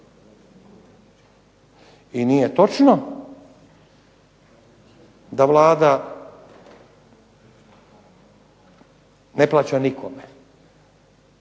I nije točno da Vlada ne plaća nikome.